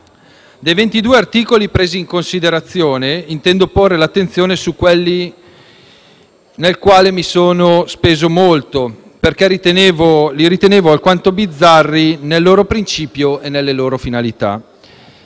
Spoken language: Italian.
Dei 22 articoli presi in considerazione intendo porre l'attenzione su quelli per i quali mi sono molto speso, perché li ritenevo alquanto bizzarri nel loro principio e nelle loro finalità;